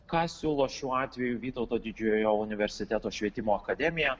ką siūlo šiuo atveju vytauto didžiojo universiteto švietimo akademija